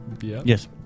Yes